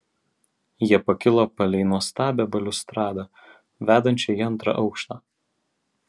jie pakilo palei nuostabią baliustradą vedančią į antrą aukštą